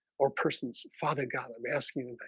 or persons father god i'm asking you they